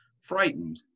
frightened